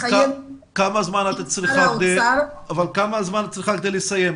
כמה זמן אתם צריכים כדי לסיים?